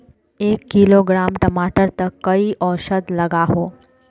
एक किलोग्राम टमाटर त कई औसत लागोहो?